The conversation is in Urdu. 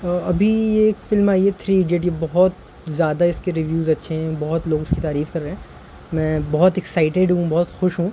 ابھی یہ ایک فلم آئی یہ تھری ایڈیٹ یہ بہت زیادہ اس کے ریویوز اچھے ہیں بہت لوگ اس کی تعریف کر رہے ہیں میں بہت ایکسائٹیڈ ہوں بہت خوش ہوں